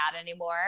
anymore